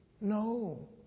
No